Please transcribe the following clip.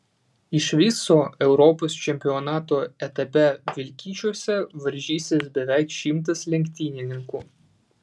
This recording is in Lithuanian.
iš viso europos čempionato etape vilkyčiuose varžysis beveik šimtas lenktynininkų